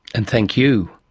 and thank you.